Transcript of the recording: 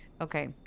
Okay